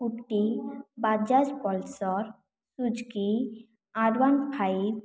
scooty Bajaj Pulsar Suzuki R one five